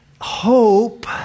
Hope